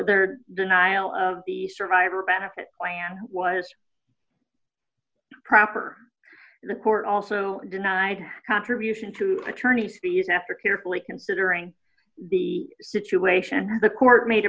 the nile of the survivor benefit plan was proper the court also denied contributions to attorney fees after carefully considering the situation the court made a